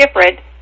different